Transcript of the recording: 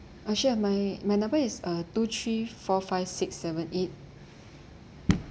uh sure my my number is uh two three four five six seven eight